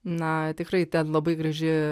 na tikrai ten labai graži